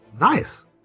Nice